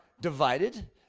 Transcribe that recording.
divided